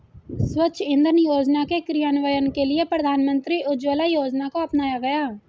स्वच्छ इंधन योजना के क्रियान्वयन के लिए प्रधानमंत्री उज्ज्वला योजना को अपनाया गया